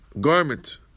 garment